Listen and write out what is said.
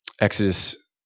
Exodus